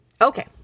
Okay